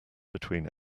between